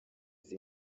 izi